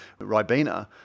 Ribena